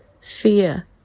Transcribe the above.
fear